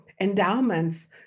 endowments